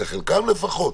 לחלקם לפחות,